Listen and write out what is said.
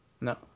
No